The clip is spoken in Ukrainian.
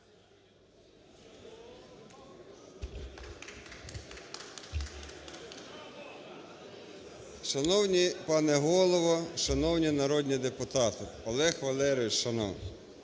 Шановний пане Голово, шановні народні депутати, Олег Валерійович шановний,